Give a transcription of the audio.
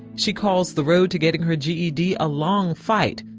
she calls the road to getting her g e d. a long fight,